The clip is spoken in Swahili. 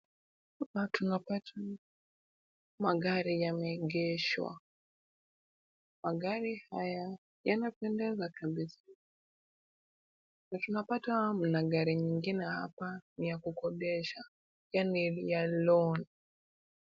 Hapa tunapata magari yameegeshwa. Magari haya yamependeza kabisa na tunapata mna gari nyingine hapa na ni ya kukodesha yani ya loan .